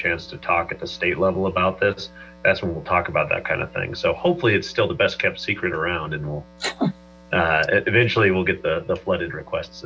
chance to talk at the state level about this that's what we'll talk about that kind of thing so hopefully it's still the best kept secret around and eventually we'll get the flooded requests